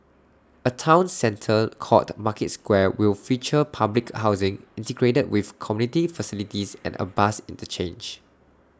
A Town centre called market square will feature public housing integrated with community facilities and A bus interchange